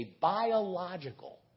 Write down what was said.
biological